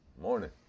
Morning